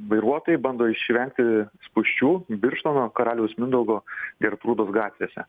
vairuotojai bando išvengti spūsčių birštono karaliaus mindaugo gertrūdos gatvėse